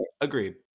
Agreed